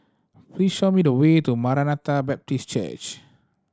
please show me the way to Maranatha Baptist Church